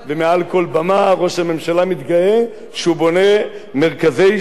מתגאה שהוא בונה מרכזי שהייה למסתננים.